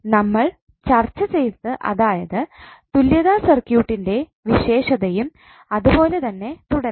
നമ്മൾ ചർച്ച ചെയ്തത് അതായത് തുല്യതാ സർക്യൂട്ട്ൻറെ സവിശേഷതയും അത്പോലെതന്നെ തുടരണം